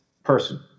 person